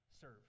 serve